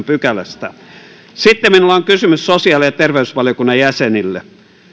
pykälästä sitten minulla on kysymys sosiaali ja terveysvaliokunnan jäsenille